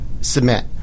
submit